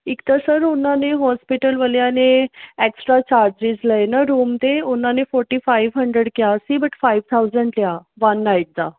ਇੱਕ ਤਾਂ ਸਰ ਉਹਨਾਂ ਨੇ ਹੋਸਪਿਟਲ ਵਾਲਿਆਂ ਨੇ ਐਕਸਟਰਾ ਚਾਰਜਸ ਲਏ ਨਾ ਰੂਮ ਤੇ ਉਹਨਾਂ ਨੇ ਫੌਰਟੀ ਫਾਇਵ ਹਨ੍ਡਰ੍ਡ ਕਿਹਾ ਸੀ ਬਟ ਫਾਇਵ ਥਾਉਜ਼ਨ੍ਡ ਲਿਆ ਵਨ ਨਾਇਟ ਦਾ